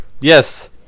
Yes